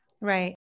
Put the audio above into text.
right